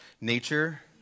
Nature